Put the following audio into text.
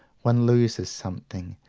one loses something,